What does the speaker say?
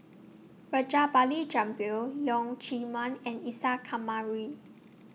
Rajabali Jumabhoy Leong Chee Mun and Isa Kamari